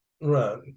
Right